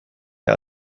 der